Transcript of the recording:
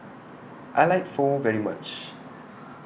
I like Pho very much